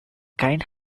kind